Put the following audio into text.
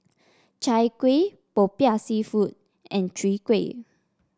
Chai Kuih Popiah seafood and Chwee Kueh